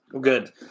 Good